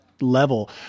level